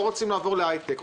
לא רוצים לעבור להייטק.